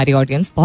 audience